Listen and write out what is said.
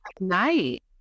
Night